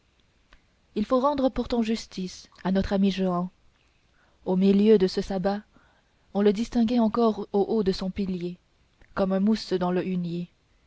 il faut rendre pourtant justice à notre ami jehan au milieu de ce sabbat on le distinguait encore au haut de son pilier comme un mousse dans le hunier